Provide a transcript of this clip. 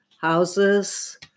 houses